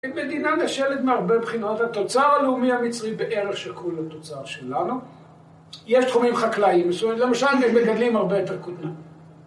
היא מדינה נכשלת מהרבה בחינות, התוצר הלאומי המצרי בערך שקול לתוצר שלנו. יש תחומים חקלאיים מסוימים, למשל הם מגדלים הרבה יותר כותנה